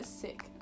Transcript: sick